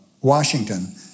Washington